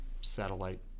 satellite